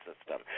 system